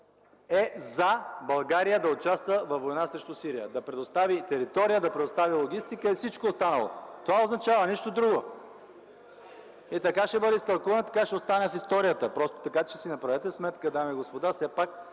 това България да участва във война срещу Сирия – да предостави територия, да предостави логистика и всичко останало. Това означава. Нищо друго. Така ще бъде изтълкувано, така ще остане в историята. Така че си направете сметка, дами и господа, все пак